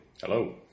Hello